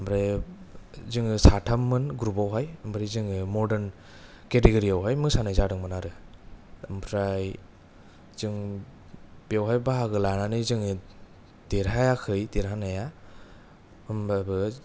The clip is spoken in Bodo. ओमफ्राय जोङो साथाम मोन ग्रुफआवहाय ओंफ्राय जोङो मर्दान खेथागरि आवहाय मोसानाय जादोंमोन आरो ओमफ्राय जों बेयावहाय बाहागो लानानै जोङो देरहायाखै देरहानाया होमबाबो